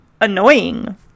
annoying